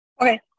Okay